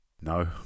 no